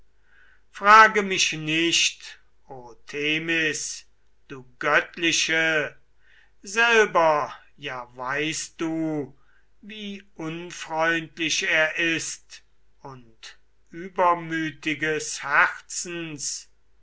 frage mich nicht o themis du göttliche selber ja weißt du wie unfreundlich er ist und übermütiges